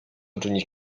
uczynić